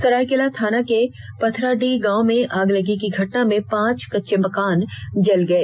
सरायकेला थाना के पाथरडीह गांव में अगलगी की घटना में पांच कच्चे मकान जल गए